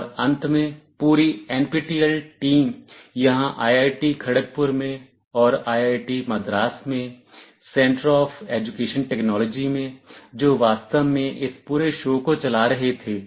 और अंत में पूरी NPTEL team यहां IIT Kharagpur में और IIT Madras में सेंटर ऑफ एजुकेशन टेक्नोलॉजी में जो वास्तव में इस पूरे शो को चला रहे थे